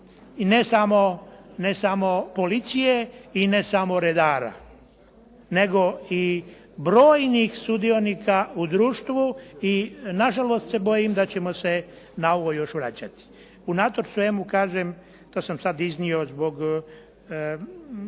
i ne samo policije i ne samo redara, nego i brojni sudionika u društvu i nažalost se bojim da ćemo se na ovo još vraćati. Unatoč svemu, kažem, to sam sada iznio zbog